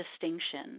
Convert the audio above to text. distinction